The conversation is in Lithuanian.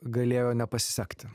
galėjo nepasisekti